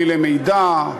כלי למידע,